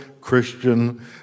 Christian